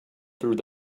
through